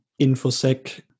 infosec